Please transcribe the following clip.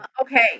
Okay